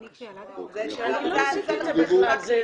אני לא עשיתי את זה בכלל.